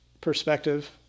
perspective